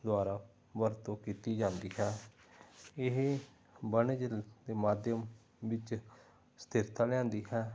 ਦੁਆਰਾ ਵਰਤੋਂ ਕੀਤੀ ਜਾਂਦੀ ਹੈ ਇਹ ਵਣਜ ਅਤੇ ਮਾਧਿਅਮ ਵਿੱਚ ਸਥਿਰਤਾ ਲਿਆਉਂਦੀ ਹੈ